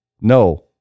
No